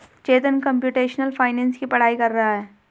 चेतन computational finance की पढ़ाई कर रहा है